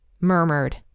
murmured